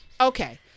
Okay